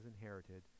inherited